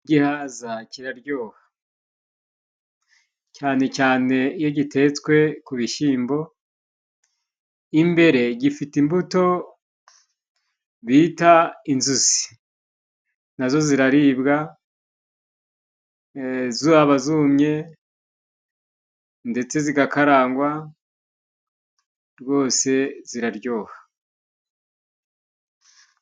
Ighaza kiraryoha. Cyane cyane iyo gitetswe ku bishyimbo, imbere gifite imbuto bita inzuzi. Na zo ziraribwa, zaba zumye ndetse zigakarangwa, rwose ziraryoha